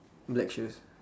black shoes